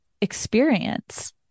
experience